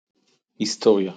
היסטוריה